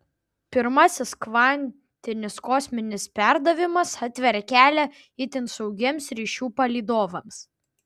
pirmasis kvantinis kosminis perdavimas atveria kelią itin saugiems ryšių palydovams